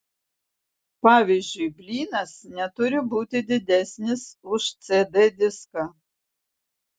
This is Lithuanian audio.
pavyzdžiui blynas neturi būti didesnis už cd diską